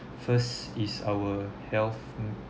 first is our health